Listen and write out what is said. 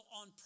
on